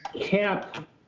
cap